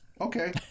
Okay